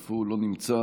אף הוא לא נמצא.